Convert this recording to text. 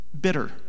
bitter